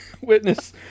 witness